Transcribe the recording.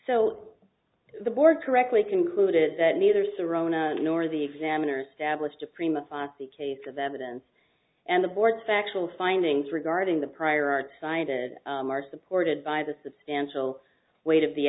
so the board correctly concluded that neither serrano nor the examiners stablished a prima fascia case of evidence and the board's factual findings regarding the prior art cited are supported by the substantial weight of the